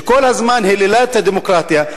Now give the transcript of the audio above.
שכל הזמן היללה את הדמוקרטיה,